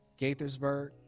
Gaithersburg